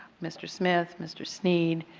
mr. smith, mr. sneed,